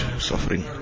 suffering